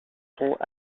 sont